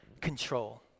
control